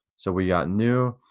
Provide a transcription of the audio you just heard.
so we got new,